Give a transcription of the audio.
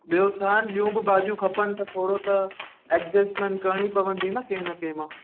ॿियो छा आहिनि ॿियूं बि भाॼियूं खपनि त थोरो त एडजस्टमेंट करिणी पवंदी न कंहिं न कंहिं मां